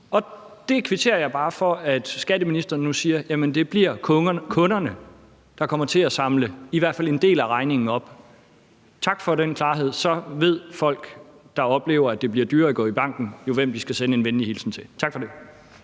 Og der kvitterer jeg bare for, at skatteministeren nu siger: Jamen det bliver kunderne, der kommer til at samle i hvert fald en del af regningen op. Tak for den klarhed. Så ved folk, der oplever, at det bliver dyrere at gå i banken, hvem de skal sende en venlig hilsen til. Tak for det.